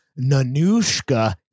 Nanushka